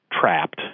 trapped